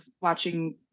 watching